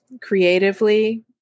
creatively